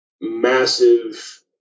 massive